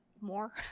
more